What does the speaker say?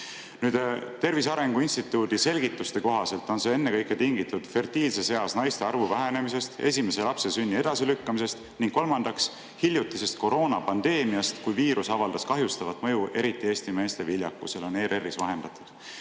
Tervise Arengu Instituudi selgituste kohaselt on see ennekõike tingitud fertiilses eas naiste arvu vähenemisest, esimese lapse sünni edasilükkamisest ning kolmandaks hiljutisest koroonapandeemiast, kui viirus avaldas kahjustavat mõju eriti Eesti meeste viljakusele. Nii on ERR vahendanud.